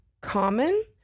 common